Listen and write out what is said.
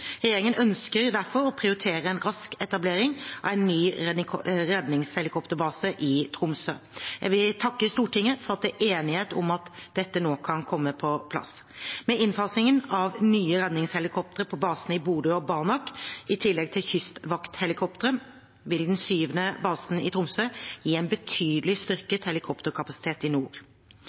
Regjeringen ønsker derfor å prioritere en rask etablering av en ny redningshelikopterbase i Tromsø. Jeg vil takke Stortinget for at det er enighet om at dette nå kan komme på plass. Med innfasingen av nye redningshelikoptre på basene i Bodø og på Banak i tillegg til kystvakthelikoptre vil den syvende basen i Tromsø gi en betydelig styrket helikopterkapasitet i nord.